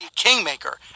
kingmaker